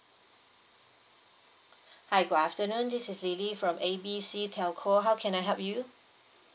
hi good afternoon this is lily from A B C telco how can I help you